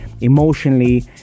emotionally